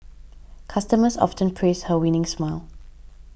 customers often praise her winning smile